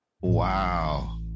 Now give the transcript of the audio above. wow